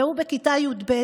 והוא בכיתה י"ב,